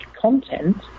content